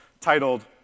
titled